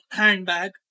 handbag